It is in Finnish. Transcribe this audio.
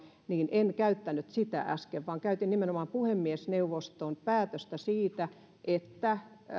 niin en käyttänyt sitä äsken vaan käytin nimenomana puhemiesneuvoston päätöstä siitä että